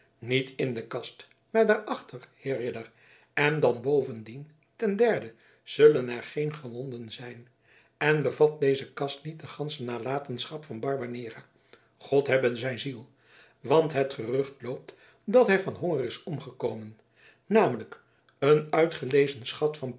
niet in de kast maar daarachter heer ridder en dan bovendien ten derde zullen er geen gewonden zijn en bevat deze kast niet de gansche nalatenschap van barbanera god hebbe zijn ziel want het gerucht loopt dat hij van honger is omgekomen namelijk een uitgelezen schat van